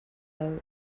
and